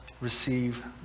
receive